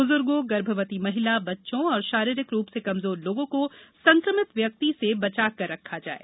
बुजुर्गों गर्भवती महिला बच्चों और शारीरिक रूप से कमजोर लोगों को संक्रमित व्यक्ति से बचाकर रखा जाये